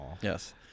Yes